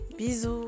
Bisous